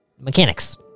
Mechanics